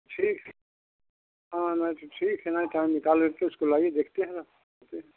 ठीक है हाँ नहीं तो ठीक है नहीं टाइम निकाल कर उसको लाइए देखते हैं अपना आते हैं